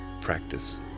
practice